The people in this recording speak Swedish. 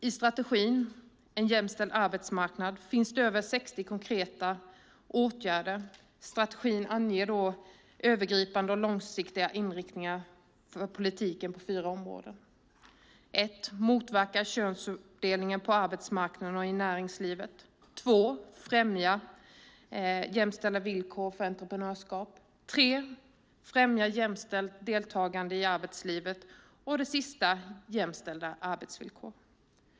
I strategin En jämställd arbetsmarknad finns över 60 konkreta åtgärder. Strategin anger övergripande och långsiktiga inriktningar för politiken på fyra områden: 1. Motverka könsuppdelningen på arbetsmarknaden och i näringslivet. 2. Främja jämställda villkor för entreprenörskap. 3. Främja jämställt deltagande i arbetslivet. 4. Jämställda arbetsvillkor.